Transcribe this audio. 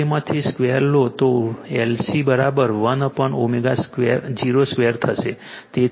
જો તેમાંથી 2 લો તો LC 1ω0 2 થશે